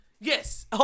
Yes